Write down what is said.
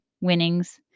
winnings